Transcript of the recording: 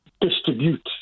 distribute